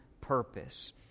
purpose